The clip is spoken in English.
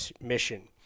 mission